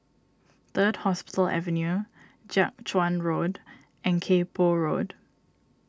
Third Hospital Avenue Jiak Chuan Road and Kay Poh Road